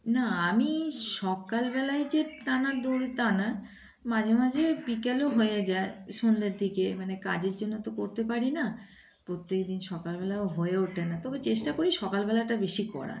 না আমি সকালবেলায় যে টানা দৌড়াই টানা মাঝে মাঝে বিকোলও হয়ে যায় সন্ধ্যের দিকে মানে কাজের জন্য তো করতে পারি না প্রত্যেক দিন সকালবেলাও হয়ে ওঠে না তবে চেষ্টা করি সকালবেলাটা বেশি করার